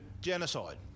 genocide